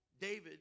David